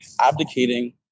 abdicating